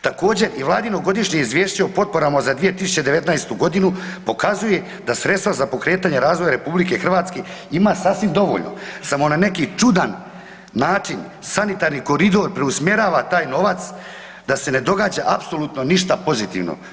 Također i Vladino godišnje izvješće o potporama za 2019. godinu pokazuje da sredstva za pokretanje razvoja RH ima sasvim dovoljno samo na neki čudan način sanitarni koridor preusmjerava taj novac da se ne događa apsolutno ništa pozitivno.